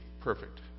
perfect